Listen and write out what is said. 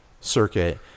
circuit